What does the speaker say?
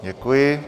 Děkuji.